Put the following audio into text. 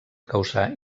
causar